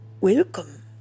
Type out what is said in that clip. Welcome